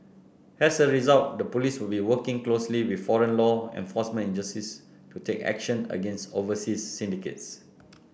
as a result the police will be working closely with foreign law enforcement agencies to take action against overseas syndicates